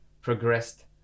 progressed